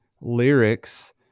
lyrics